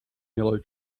yellow